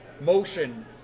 motion